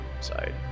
side